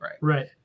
right